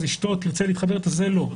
אשתו תרצה לבוא זה לא,